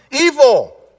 evil